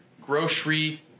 Grocery